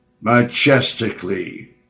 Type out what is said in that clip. Majestically